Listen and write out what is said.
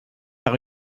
par